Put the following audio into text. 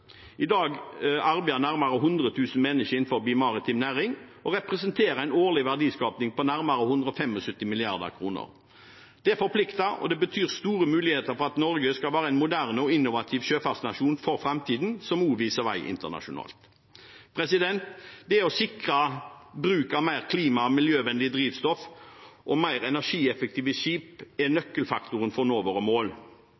I dag arbeider nærmere 100 000 mennesker innenfor maritim næring, som representerer en årlig verdiskaping på nærmere 175 mrd. kr. Det forplikter, og det betyr store muligheter for Norge til å være en moderne og innovativ sjøfartsnasjon i framtiden som også viser vei internasjonalt. Det å sikre bruk av mer klima- og miljøvennlig drivstoff og mer energieffektive skip er